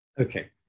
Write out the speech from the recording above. Okay